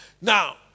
Now